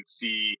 see